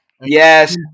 yes